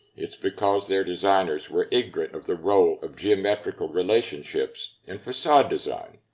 it's because their designers were ignorant of the role of geometrical relationships in facade design.